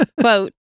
Quote